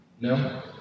No